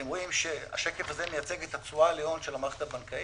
אתם רואים שהשקף הזה מייצג את התשואה להון של המערכת הבנקאית.